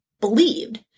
believed